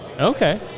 Okay